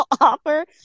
offer